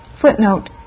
Footnote